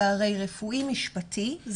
זה הרי רפואי משפטי,